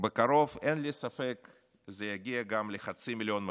ובקרוב אין לי ספק שזה יגיע גם לחצי מיליון מפגינים.